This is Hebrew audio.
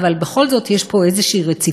אבל בכל זאת יש פה איזו רציפות.